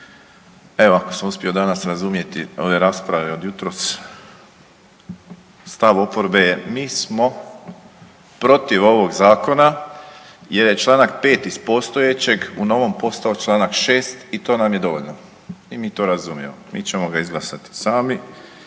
Evo ako sam uspio danas razumjeti ove rasprave od jutros stav oporbe je mi smo protiv ovog zakona jer je čl. 5. iz postojećeg u novom postao čl. 6. i to nam je dovoljno i mi to razumijemo i mi ćemo ga izglasati sami